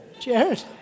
Jared